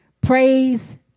praise